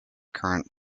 current